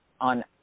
on